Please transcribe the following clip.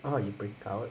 orh you break out